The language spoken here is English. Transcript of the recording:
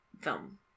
film